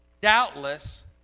doubtless